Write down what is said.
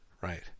right